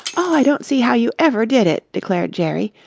i don't see how you ever did it, declared jerry.